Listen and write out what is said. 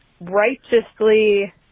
righteously